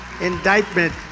indictment